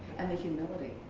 and the humility.